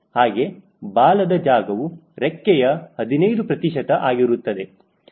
ಹಾಗೆ ಬಾಲದ ಜಾಗವು ರೆಕ್ಕೆಯ 15 ಪ್ರತಿಶತ ಆಗಿರುತ್ತದೆ